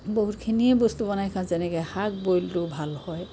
বহুতখিনিয়ে বস্তু বনাই খাওঁ যেনেকৈ শাক বইলটোও ভাল হয়